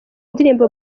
ndirimbo